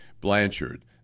Blanchard